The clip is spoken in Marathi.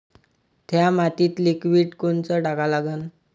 थ्या मातीत लिक्विड कोनचं टाका लागन?